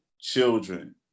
children